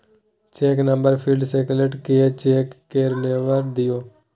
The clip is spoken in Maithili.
चेक नंबर फिल्ड सेलेक्ट कए चेक केर नंबर दियौ